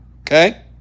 okay